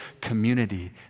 community